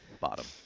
Bottom